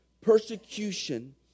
persecution